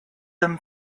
them